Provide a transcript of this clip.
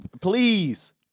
Please